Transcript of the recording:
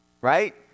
Right